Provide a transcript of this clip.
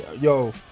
yo